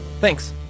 Thanks